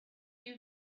you